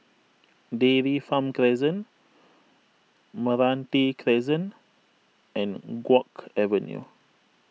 Dairy Farm Crescent Meranti Crescent and Guok Avenue